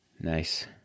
Nice